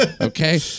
okay